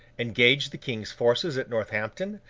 engaged the king's forces at northampton,